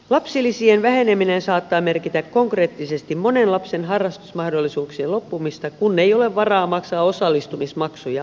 lapsilisien väheneminen saattaa merkitä konkreettisesti monen lapsen harrastusmahdollisuuksien loppumista kun ei ole varaa maksaa osallistumismaksuja